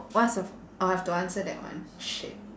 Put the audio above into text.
what's a f~ orh I have to answer that one shit